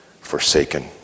forsaken